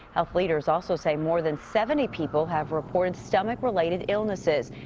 health leaders also say more than seventy people have reported stomach-related illnesses.